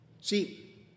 see